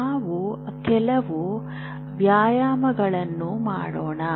ನಾವು ಕೆಲವು ವ್ಯಾಯಾಮಗಳನ್ನು ಮಾಡೋಣ